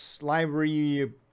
library